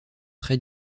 très